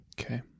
Okay